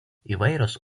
įvairios